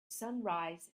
sunrise